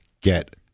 get